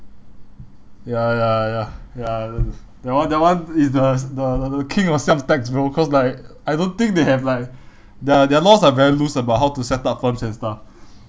ya ya ya ya that one that one is the the the king of self tax bro cause like I don't think they have like their their laws are very loose about how to set up funds and stuff